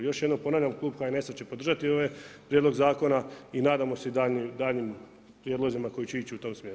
Još jednom ponavljam, klub HNS-a će podržati ovaj prijedlog zakona i nadamo se daljnjim prijedlozima koji će ići u tom smjeru.